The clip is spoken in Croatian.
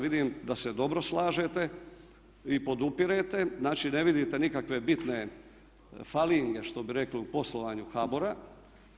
Vidim da se dobro slažete i podupirete, znači ne vidite nikakve bitne falinge što bi rekli u poslovanju HBOR-a.